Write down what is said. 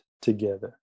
together